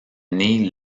née